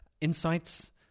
insights